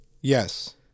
Yes